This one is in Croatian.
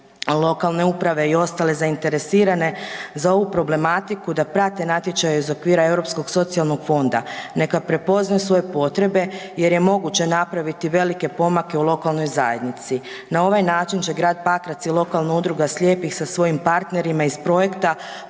lokalne uprave i ostale zainteresirane za ovu problematiku da prate natječaj iz okvira Europskog socijalnog fonda, neka prepoznaju svoje potrebe jer je moguće napraviti velike pomake u lokalnoj zajednici. Na ovaj način će grad Pakrac i lokalna udruga slijepih sa svojim partnerima iz projekta